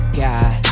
god